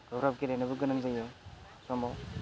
गोब्राब गेलेनोबो गोनां जायो समाव